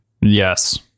Yes